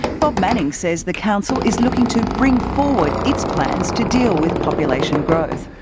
bob manning says the council is looking to bring forward its plans to deal with population growth.